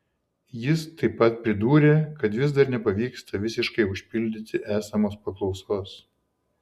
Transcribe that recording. jis taip pat pridūrė kad vis dar nepavyksta visiškai užpildyti esamos paklausos